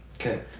Okay